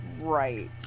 Right